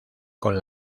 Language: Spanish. con